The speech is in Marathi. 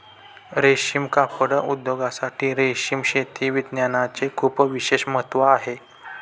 रेशीम कापड उद्योगासाठी रेशीम शेती विज्ञानाचे खूप विशेष महत्त्व आहे